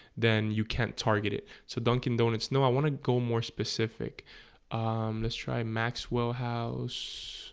then you can't target it so dunkin donuts know. i want to go more specific let's try maxwell house